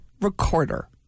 recorder